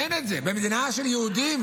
אין את זה במדינה של יהודים.